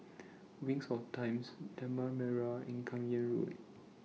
Wings of Times Tanah Merah and Kim Yam Road